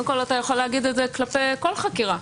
אתה יכול להגיד את זה כלפי כל חקירה.